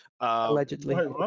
Allegedly